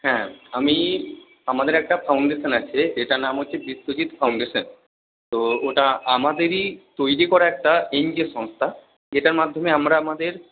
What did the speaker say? হ্যাঁ আমি আমাদের একটা ফাউন্ডেশান আছে এটার নাম হচ্ছে বিশ্বজিৎ ফাউন্ডেশান তো ওটা আমাদেরই তৈরি করা একটা এন জি ও সংস্থা যেটার মাধ্যমে আমরা আমাদের